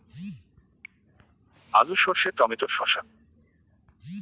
আলু সর্ষে টমেটো শসা